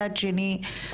מצד שני,